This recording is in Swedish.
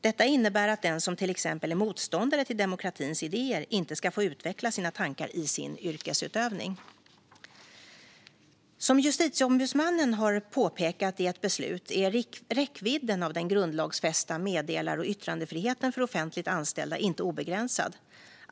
Detta innebär att den som till exempel är motståndare till demokratins idéer inte ska få utveckla sina tankar i sin yrkesutövning. Som Justitieombudsmannen har påpekat i ett beslut är räckvidden av den grundlagsfästa meddelar och yttrandefriheten för offentligt anställda inte obegränsad.